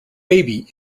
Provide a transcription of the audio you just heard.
baby